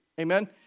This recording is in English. Amen